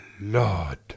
Lord